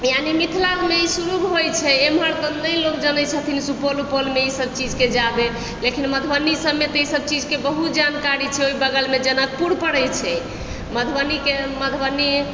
यानि मिथिलामे ई शुरू होइ छै एम्हर तऽ नहि लोग जानै छथिन सुपौल उपौलमे ई सब चीजके जादा लेकिन मधुबनी सबमे तऽ ई सब चीजके बहुत जादा जानकारी छै ओहि बगलमे जनकपुर पड़ै छै मधुबनीके मधुबनी